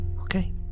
Okay